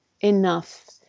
enough